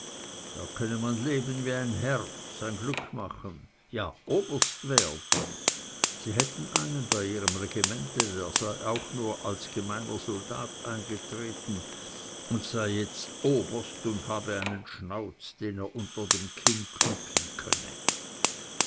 da könne man leben wie ein herr sein glück machen ja oberst werden sie hätten einen bei ihrem regimente der sei auch nur als gemeiner soldat eingetreten und jetzt sei er oberst und habe einen schnauz den er unter dem kinn knüpfen könne